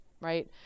right